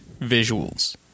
visuals